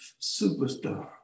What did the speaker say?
superstar